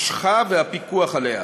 משכה והפיקוח עליה.